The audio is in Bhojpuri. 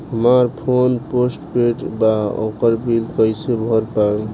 हमार फोन पोस्ट पेंड़ बा ओकर बिल कईसे भर पाएम?